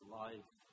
life